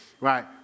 right